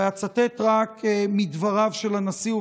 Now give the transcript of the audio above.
ואצטט רק מדבריו של הנשיא,